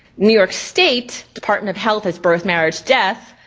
new york state department of health has birth, marriage, death.